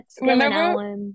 remember